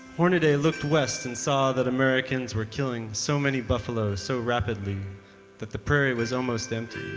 hornaday looked west and saw that americans were killing so many buffalo so rapidly that the prairie was almost empty.